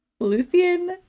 Luthien